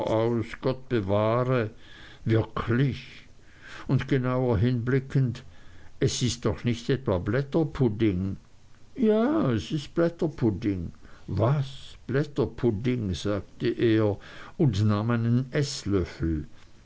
gott bewahre wirklich und genauer hinblickend es ist doch nicht etwa blätterpudding ja es ist blätterpudding was blätterpudding sagte er und nahm einen eßlöffel